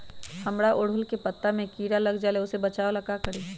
हमरा ओरहुल के पत्ता में किरा लग जाला वो से बचाबे ला का करी?